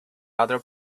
other